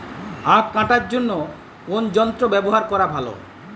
আঁখ কাটার জন্য কোন যন্ত্র ব্যাবহার করা ভালো?